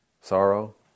sorrow